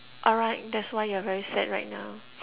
alright that's why you're very sad right now